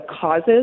causes